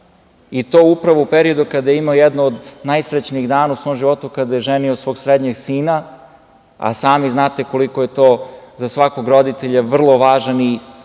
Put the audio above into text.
i to upravo u periodu kada je imao jedan od najsrećnijih dana u svom životu, kada je ženio svog srednjeg sina, a sami znate koliko je to za svakog roditelja vrlo važan i